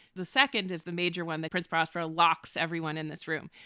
the second is the major when they print press for a lot. everyone in this room.